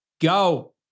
go